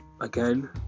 again